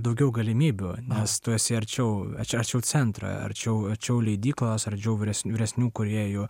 daugiau galimybių nes tu esi arčiau arčiau centro arčiau arčiau leidyklos arčiau vyres vyresnių kūrėjų